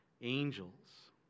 angels